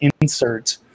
insert